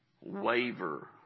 waver